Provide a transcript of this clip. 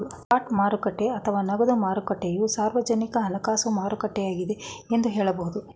spot ಮಾರುಕಟ್ಟೆ ಅಥವಾ ನಗದು ಮಾರುಕಟ್ಟೆಯು ಸಾರ್ವಜನಿಕ ಹಣಕಾಸು ಮಾರುಕಟ್ಟೆಯಾಗಿದ್ದೆ ಎಂದು ಹೇಳಬಹುದು